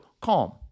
CALM